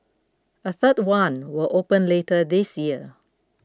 a third one will open later this year